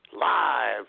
live